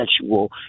sexual